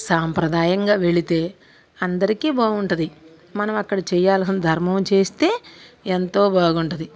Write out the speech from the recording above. సాంప్రదాయంగా వెళితే అందరికీ బాగుంటుంది మనం అక్కడ చేయాల్సిన ధర్మం చేస్తే ఎంతో బాగుంటుంది